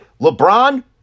LeBron